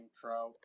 Trout